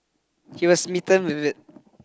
he was smitten with it